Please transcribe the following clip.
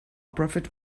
profit